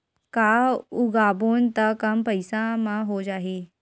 का उगाबोन त कम पईसा म हो जाही?